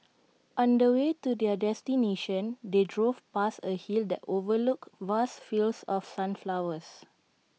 on the way to their destination they drove past A hill that overlooked vast fields of sunflowers